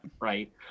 Right